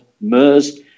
MERS